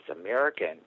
American